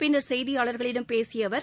பின்னர் செய்தியாளர்களிடம் பேசிய அவர்